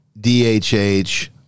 DHH